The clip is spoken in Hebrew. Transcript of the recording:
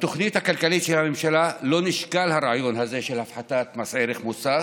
בתוכנית הכלכלית של הממשלה לא נשקל הרעיון הזה של הפחתת מס ערך מוסף,